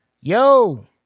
Yo